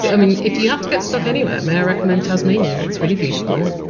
i mean, if you have to get stuck anywhere, may i recommend tasmania? it's really beautiful.